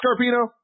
Scarpino